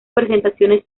presentaciones